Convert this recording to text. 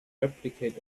replicate